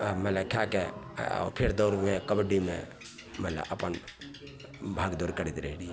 आम भेलै खैके आओर फेर दौड़ वएह कबड्डीमे भेलै अपन भाग दौड़ करैत रहिए